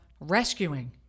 rescuing